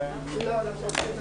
הכסף.